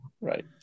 right